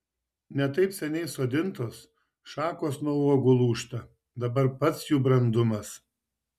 ne taip seniai sodintos šakos nuo uogų lūžta dabar pats jų brandumas